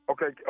Okay